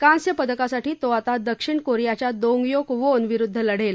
कांस्य पदकासाठी तो आता दक्षिण कोरियाच्या दोंगयोक वोन विरुद्ध लढेल